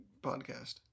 podcast